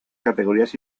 categorías